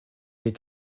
est